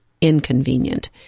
inconvenient